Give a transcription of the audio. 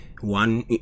one